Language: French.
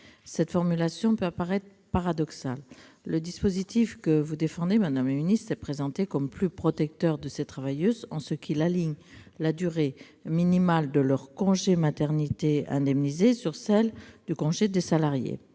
Cette formulation peut apparaître paradoxale. Le dispositif que vous défendez, madame la ministre, est présenté comme étant plus protecteur de ces travailleuses, en ce qu'il aligne la durée minimale de leur congé maternité sur celle du congé des salariés.